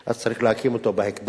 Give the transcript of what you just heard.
אז צריך להקים אותו בהקדם,